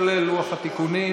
כולל לוח התיקונים.